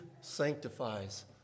sanctifies